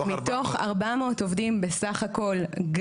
מתוך 400 עובדים בסך הכל,